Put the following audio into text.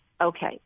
okay